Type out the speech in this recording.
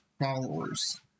followers